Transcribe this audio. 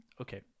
Okay